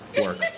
work